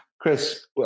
Chris